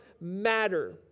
matter